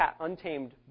untamed